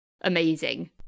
amazing